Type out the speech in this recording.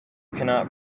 cannot